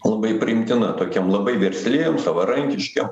labai priimtina tokiem labai versliem savarankiškiem